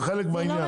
זה חלק מהעניין.